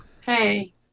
Hey